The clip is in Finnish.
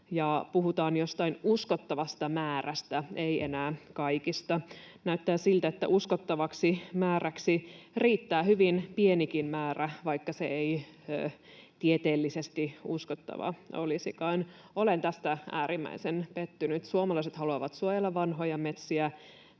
puhutaan jostain uskottavasta määrästä, ei enää kaikista. Näyttää siltä, että uskottavaksi määräksi riittää hyvin pienikin määrä, vaikka se ei tieteellisesti uskottava olisikaan. Olen tähän äärimmäisen pettynyt. Suomalaiset haluavat suojella vanhoja metsiä.